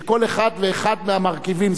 שכל אחד ואחד מהמרכיבים,